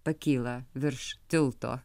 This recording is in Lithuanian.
pakyla virš tilto